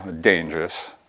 dangerous